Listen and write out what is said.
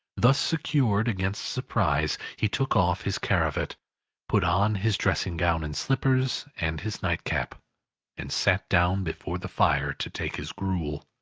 thus secured against surprise, he took off his cravat put on his dressing-gown and slippers, and his nightcap and sat down before the fire to take his gruel.